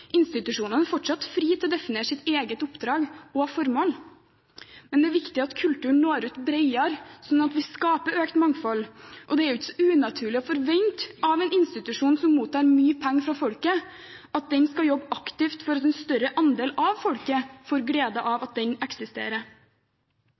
Institusjonene står fortsatt fritt til å definere sitt eget oppdrag og formål. Men det er viktig at kulturen når ut bredere, sånn at vi skaper økt mangfold, og det er ikke så unaturlig å forvente av en institusjon som mottar mye penger fra folket, at den skal jobbe aktivt for at en større andel av folket får glede av